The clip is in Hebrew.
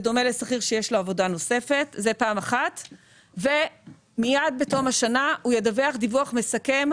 בדומה לשכיר שיש לו עבודה נוספת; ומיד בתום השנה הוא ידווח דיווח מסכם,